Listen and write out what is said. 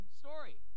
story